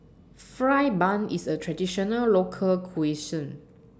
Fried Bun IS A Traditional Local Cuisine